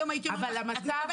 אני חושבת